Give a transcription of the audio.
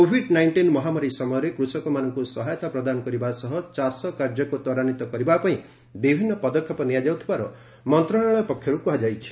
Covid nineteen ମହାମାରୀ ସମୟରେ କୁଷଳମାନଙ୍କୁ ମହାୟତା ପ୍ରଦାନ ଳରିବା ଓ ଚାଷକାର୍ଯ୍ୟଳୁ ତ୍ୱରାନ୍ୱିତ କରିବା ପାଇଁ ବିଭିନ୍ନ ପଦକ୍ଷେପ ନିଆଯାଉଥିବା ମନ୍ତ୍ରଣାଳୟ ପକ୍ଷରୁ କୁହାଯାଇଛି